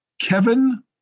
Kevin